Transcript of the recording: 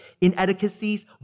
inadequacies